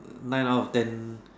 nine out of ten